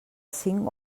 cinc